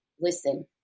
listen